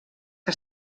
que